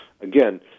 again